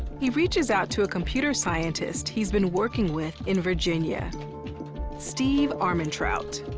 he reaches out to a computer scientist he's been working with in virginia steve armentrout.